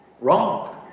Wrong